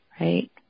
Right